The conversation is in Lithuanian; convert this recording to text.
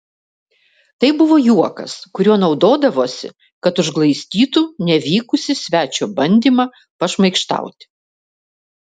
tai buvo juokas kuriuo naudodavosi kad užglaistytų nevykusį svečio bandymą pašmaikštauti